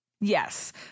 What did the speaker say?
Yes